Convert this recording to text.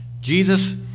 Jesus